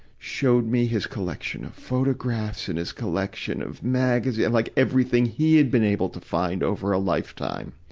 showed me his collection of photographs and his collection of magazines and, like, everything he had been able to find over a lifetime.